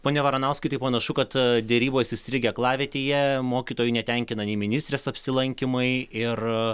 pone varanauskai tai panašu kad derybos įstrigę aklavietėje mokytojų netenkina nei ministrės apsilankymai ir